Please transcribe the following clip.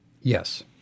Yes